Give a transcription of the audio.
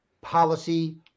policy